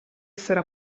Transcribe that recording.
essere